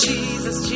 Jesus